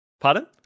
pardon